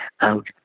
out